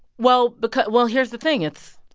well, because well, here's the thing. it's